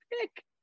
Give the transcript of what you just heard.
pick